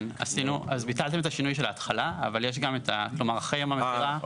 אז ביטלתם את השינוי של ההתחלה אבל יש גם אחרי יום המכירה.